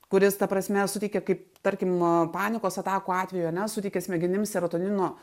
kuris ta prasme suteikia kaip tarkim nuo panikos atakų atveju ane suteikia smegenims serotonino